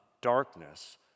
darkness